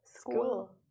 School